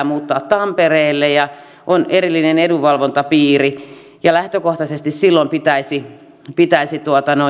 muuttaa tampereelle ja on erillinen edunvalvontapiiri ja lähtökohtaisesti silloin pitäisi pitäisi